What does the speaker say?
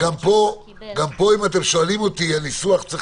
גם פה הייתי משנה את הניסוח.